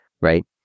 right